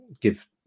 give